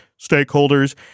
stakeholders